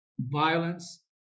violence